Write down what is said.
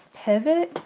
pivot,